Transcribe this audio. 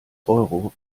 euro